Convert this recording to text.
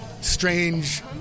strange